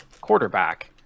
quarterback